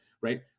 right